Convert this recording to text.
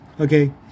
Okay